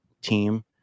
team